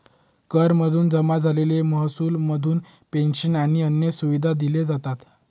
करा मधून जमा झालेल्या महसुला मधून पेंशन आणि अन्य सुविधा दिल्या जातात